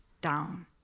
down